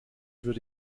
würde